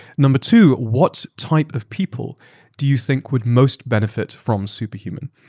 number two, what type of people do you think would most benefit from superhuman?